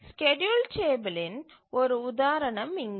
schedule டேபிலின் ஒரு உதாரணம் இங்கே